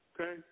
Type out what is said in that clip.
Okay